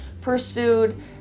pursued